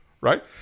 Right